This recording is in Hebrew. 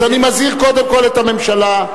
אני מזהיר קודם כול את הממשלה,